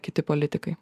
kiti politikai